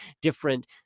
different